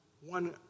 one